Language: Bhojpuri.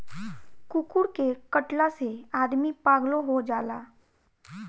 कुकूर के कटला से आदमी पागलो हो जाला